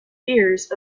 fears